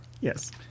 Yes